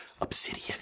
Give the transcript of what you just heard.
Obsidian